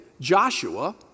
Joshua